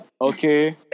Okay